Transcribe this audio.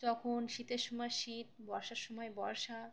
তখন শীতের সময় শীত বর্ষার সময় বর্ষা